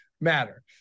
matter